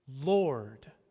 Lord